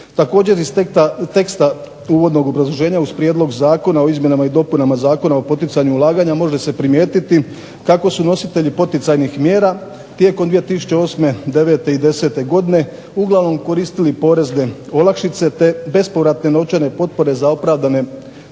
Također iz teksta uvodnog obrazloženja, uz prijedlog Zakona o izmjenama i dopunama Zakona o poticanju ulaganja može se primijetiti kako su nositelji poticajnih mjera tijekom 2008., 2009. i 2010. godine uglavnom koristili porezne olakšice te bespovratne novčane potpore za opravdane